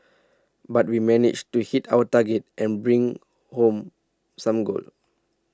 but we managed to hit our target and bring home some gold